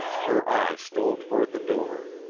her eye stole toward the door.